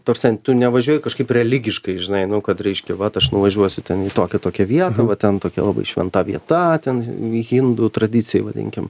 ta prasme tu nevažiuoji kažkaip religiškai žinai nu kad reiškia vat aš nuvažiuosiu ten į tokią tokią vietą va ten tokia labai šventa vieta ten hindu tradicijai vadinkim